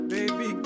Baby